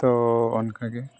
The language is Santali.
ᱛᱳ ᱚᱱᱠᱟᱜᱮ